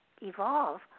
evolve